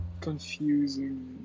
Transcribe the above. confusing